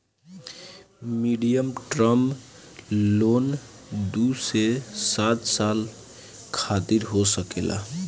medium term loan दू से सात साल खातिर हो सकेला